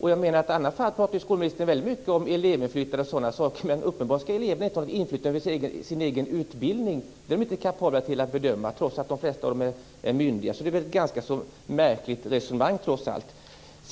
I andra fall pratar ju skolministern väldigt mycket om elevinflytande och sådana saker, men uppenbarligen skall eleverna inte ha något inflytande över sin egen utbildning. Den är de inte kapabla att bedöma trots att de flesta av dem är myndiga. Det är trots allt ett ganska märkligt resonemang.